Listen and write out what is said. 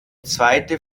zweite